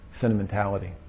sentimentality